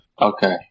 okay